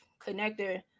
Connector